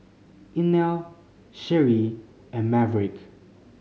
Inell Sheree and Maverick